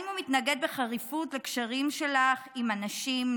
האם הוא מתנגד בחריפות לקשרים שלך עם אנשים,